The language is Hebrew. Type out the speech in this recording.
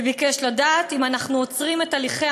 וביקש לדעת אם אנחנו עוצרים את הליכי